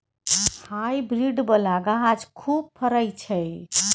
hybrid बला गाछ खूब फरइ छै